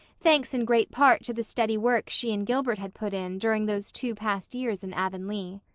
thanks in great part to the steady work she and gilbert had put in during those two past years in avonlea.